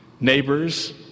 Neighbors